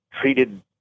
treated